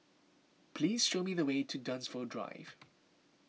please show me the way to Dunsfold Drive